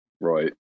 right